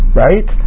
right